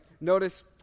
Notice